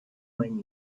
when